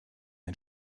ein